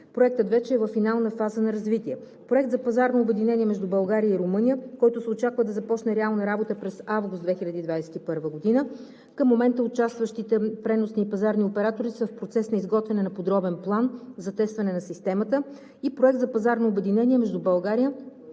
Проектът вече е във финална фаза на развитие. Проект за пазарно обединение между България и Румъния, който се очаква да започне реална работа през август 2021 г. Към момента участващите преносни и пазарни оператори са в процес на изготвяне на подробен план за тестване на системата. И Проект за пазарно обединение между България и Република